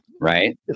Right